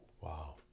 Wow